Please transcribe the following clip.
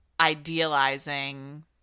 idealizing